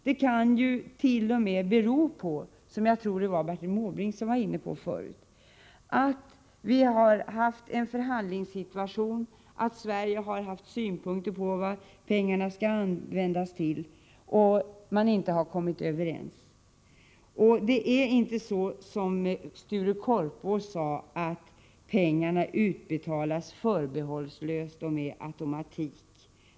De kan t.o.m. bero på — vilket jag tror att Bertil Måbrink var inne på tidigare — att vi har haft en förhandlingssituation, att Sverige har haft synpunkter på vad pengarna skall användas till och att man inte har kommit överens. Det är inte så som Sture Korpås sade i sin kritik av landramstekniken, att pengarna utbetalas förbehållslöst och med automatik.